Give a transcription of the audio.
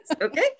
okay